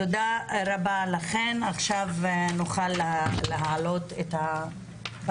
הצבעה בעד 4 נגד - 0 נמנעים אין אושר.